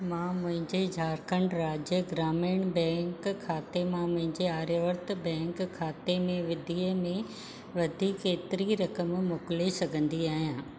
मां मुंहिंजे झारखण्द राज्य ग्रामीण बैंक खाते मां मुंहिंजे आर्यावर्त बैंक खाते में विधीअ में वधीक केतिरी रक़म मोकिले सघंदी आहियां